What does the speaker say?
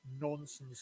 nonsense